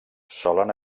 solen